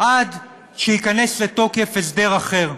עד שייכנס לתוקף הסדר אחר.